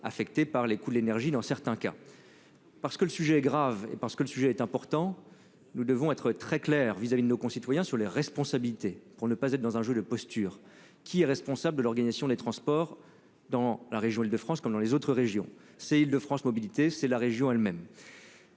cas, par les coûts de l'énergie. Parce que le sujet est grave et important, nous devons être très clairs vis-à-vis de nos concitoyens sur les responsabilités, pour ne pas être dans un jeu de postures. Qui est responsable de l'organisation des transports dans la région Île-de-France, comme dans les autres régions ? C'est Île-de-France mobilité, c'est-à-dire la région elle-même.